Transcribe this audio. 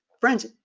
friends